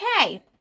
okay